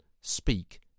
speak